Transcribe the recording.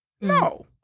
No